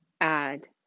add